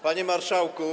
Panie Marszałku!